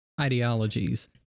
ideologies